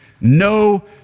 no